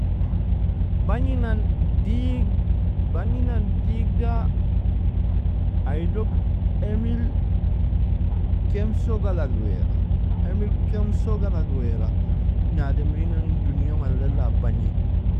Bagninan digd bagninan digda, aidog emill kemso galag weawra, emil kemso galag weara, in ademrin'nane in dunia malella a bagnie.